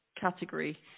category